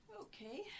Okay